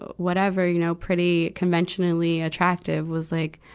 but whatever, you know, pretty, conventionally attractive was like,